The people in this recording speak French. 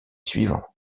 suivants